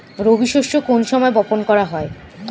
রবি শস্য কোন সময় বপন করা হয়?